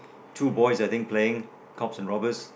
two boys I think playing cops and robbers